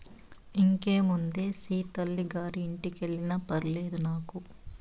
ఇంకేముందే సీతల్లి గారి ఇంటికెల్లినా ఫర్వాలేదు నాకు